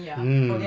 mm